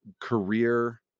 career